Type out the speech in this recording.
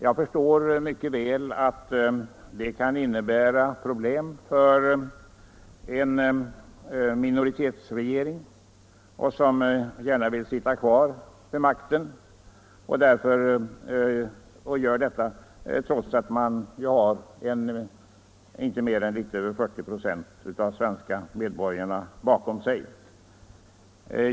Jag förstår mycket väl att det kan bli problem för en minoritetsregering som gärna vill sitta kvar vid makten trots att den inte har mer än litet drygt 40 96 av de svenska medborgarna bakom sig.